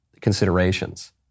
considerations